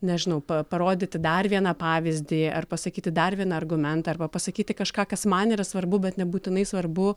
nežinau pa parodyti dar vieną pavyzdį ar pasakyti dar vieną argumentą arba pasakyti kažką kas man yra svarbu bet nebūtinai svarbu